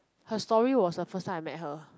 her story was the first time I met her